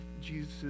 Jesus